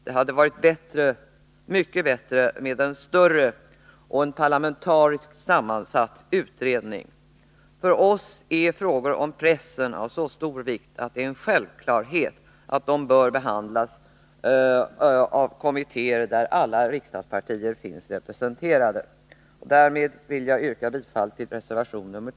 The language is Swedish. Det hade dock varit mycket bättre med en större, parlamentariskt sammansatt utredning. För oss är frågor om pressen av så stor vikt att det är en självklarhet att de bör behandlas av kommittéer där alla riksdagspartier är representerade. Därmed vill jag yrka bifall till reservation nr 3.